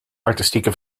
artistieke